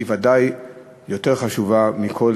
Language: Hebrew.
היא ודאי יותר חשובה מכל